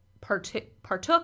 partook